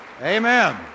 Amen